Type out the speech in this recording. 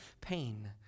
pain